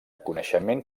coneixement